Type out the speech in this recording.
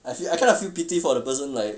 I feel I kind of feel pity for the person like